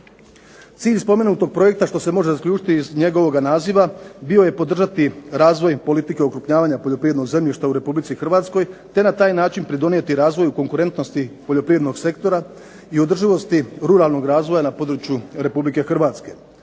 Cilj spomenutog projekta što se može zaključiti iz njegovoga naziva bio je podržati razvoj politike okrupnjavanja poljoprivrednog zemljišta u Republici Hrvatskoj, te na taj način pridonijeti razvoju konkurentnosti poljoprivrednog sektora i održivosti ruralnog razvoja na području Republike Hrvatske.